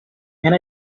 and